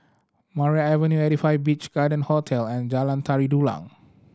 Maria Avenue Eighty Five Beach Garden Hotel and Jalan Tari Dulang